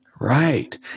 Right